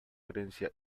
herencia